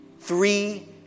Three